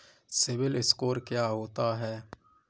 CIBIL score क्या होता है?